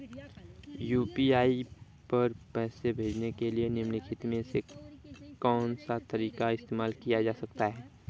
UPI पर पैसे भेजने के लिए निम्नलिखित में से कौन सा तरीका इस्तेमाल किया जा सकता है?